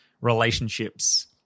relationships